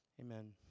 Amen